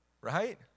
Right